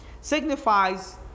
signifies